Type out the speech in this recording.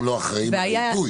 טוב, לפ"ם לא אחראי על העיתוי.